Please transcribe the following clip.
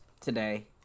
today